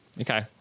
Okay